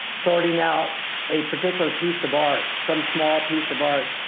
sorting out a particular piece of art, some small piece of art,